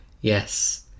Yes